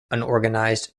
unorganized